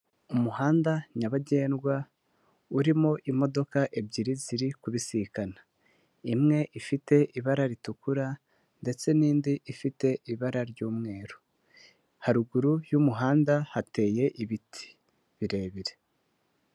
Umuhanda nyabagendwa urimo imodoka ebyiri ziri kubisikana imwe ifite ibara ritukura ndetse n'indi ifite ibara ry'umweru haruguru y'umuhanda hateye ibiti birebire.